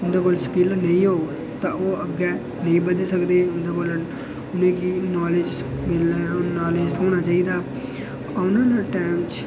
उं'दे कोल स्किल नेईं होग तां ओह् अग्गें नेईं बधी सकदे उं'दे कोल उ'नेंगी नाॅलेज मिलना होर थ्होना चाहिदा औने आह्ले टैम च